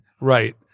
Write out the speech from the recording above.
Right